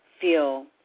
feel